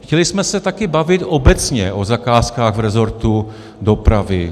Chtěli jsme se také bavit obecně o zakázkách v rezortu dopravy.